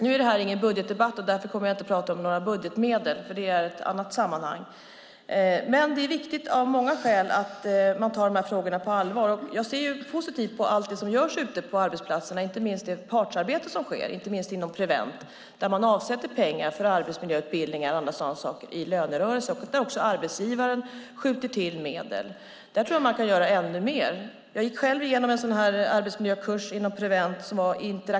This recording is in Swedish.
Nu är detta inte någon budgetdebatt, och därför kommer jag inte att tala om några budgetmedel. Det sker i ett annat sammanhang. Men det är viktigt av många skäl att man tar dessa frågor på allvar. Och jag ser positivt på allt det som görs ute på arbetsplatserna, inte minst i det partsarbete som sker, inte minst inom Prevent, där man avsätter pengar för arbetsmiljöutbildningar och annat i lönerörelser. Också arbetsgivaren skjuter till medel. Där tror jag att man kan göra ännu mer. Jag gick själv igenom en interaktiv arbetsmiljökurs inom Prevent på nätet.